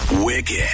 Wicked